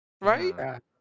right